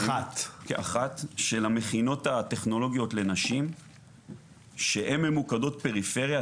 המכינות הטכנולוגיות לנשים שהם ממוקדות בפריפריה.